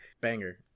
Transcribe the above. banger